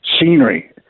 scenery